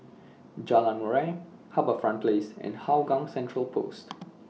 Jalan Murai HarbourFront Place and Hougang Central Post